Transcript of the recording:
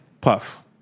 Puff